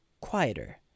quieter